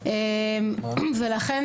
לכן,